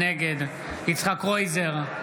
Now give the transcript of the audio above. נגד יצחק קרויזר,